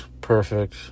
perfect